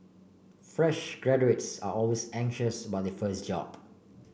fresh graduates are always anxious about the first job